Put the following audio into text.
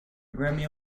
grammy